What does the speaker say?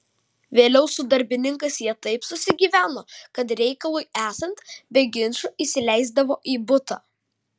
vėliau su darbininkais jie taip susigyveno kad reikalui esant be ginčų įsileisdavo į butą